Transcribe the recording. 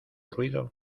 ruido